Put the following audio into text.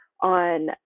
on